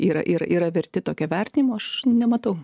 yra ir yra verti tokio vertinimo aš nematau